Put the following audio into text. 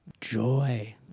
joy